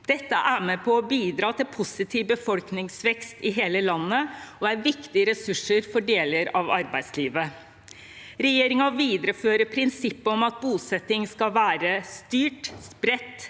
Dette er med på å bidra til positiv befolkningsvekst i hele landet og er viktige ressurser for deler av arbeidslivet. Regjeringen viderefører prinsippet om at bosetting skal være styrt, spredt,